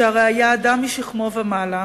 שהרי הוא היה אדם משכמו ומעלה,